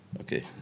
okay